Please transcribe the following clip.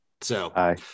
So-